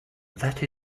that